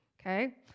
Okay